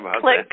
click